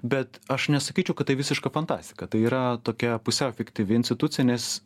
bet aš nesakyčiau kad tai visiška fantastika tai yra tokia pusiau efektyvi institucija nes